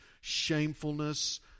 shamefulness